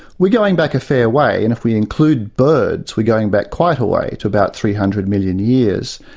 we're going back a fair way, and if we include birds we're going back quite a way to about three hundred million years.